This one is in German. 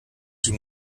die